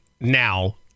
now